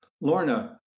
Lorna